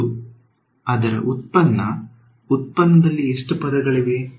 ಮತ್ತು ಅದರ ಉತ್ಪನ್ನ ಉತ್ಪನ್ನದಲ್ಲಿ ಎಷ್ಟು ಪದಗಳಿವೆ